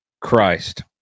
Christ